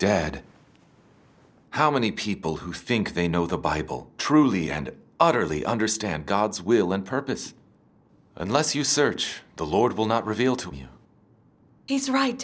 dad how many people who think they know the bible truly and utterly understand god's will and purpose unless you search the lord will not reveal to you he's right